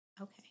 Okay